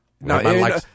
no